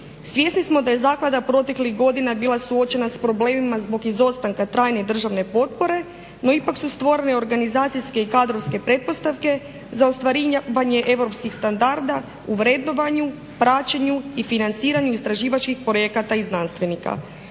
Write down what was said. Svjesni smo da je zaklada proteklih godina bila suočena s problemima zbog izostanka trajne državne potpore, no ipak su stvorene organizacijske i kadrovske pretpostavke za ostvarivanje europskih standarda u vrednovanju, praćenju i financiranju istraživačkih projekata i znanstvenika.